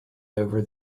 over